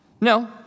No